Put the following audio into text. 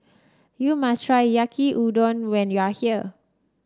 you must try Yaki Udon when you are here